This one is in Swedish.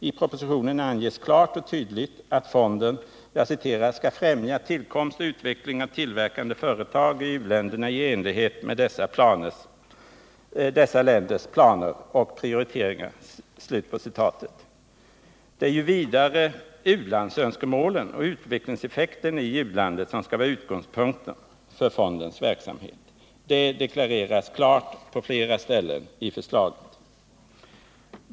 I propositionen anges klart och tydligt att fonden ”skall främja tillkomst och utveckling av tillverkande företag i u-länderna i enlighet med dessa länders planer och prioriteringar”. Det är ju vidare u-landsönskemålen och utvecklingseffekten i u-landet som skall vara utgångspunkten för fondens verksamhet. Det deklareras klart på flera ställen i förslaget.